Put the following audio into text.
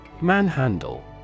Manhandle